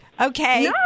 Okay